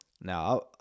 Now